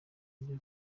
ryo